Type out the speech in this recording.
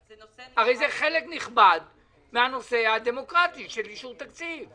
זה הרי חלק נכבד מהנושא הדמוקרטי של אישור תקציב.